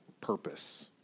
purpose